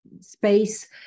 space